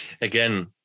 Again